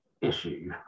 issue